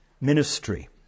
ministry